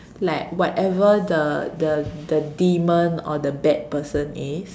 like whatever the the the demon or the bad person is